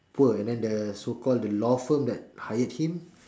poor and then the so called the law firm that hired him